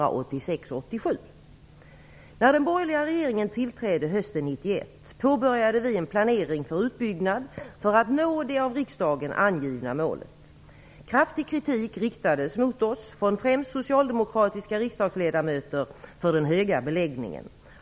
1991 påbörjade vi en planering för utbyggnad för att nå det av riksdagen angivna målet. Kraftig kritik riktades mot oss från främst socialdemokratiska riksdagsledamöter för den höga beläggningen.